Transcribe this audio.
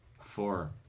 four